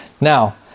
Now